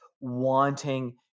wanting